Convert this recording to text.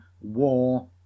war